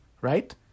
right